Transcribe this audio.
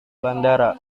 bandara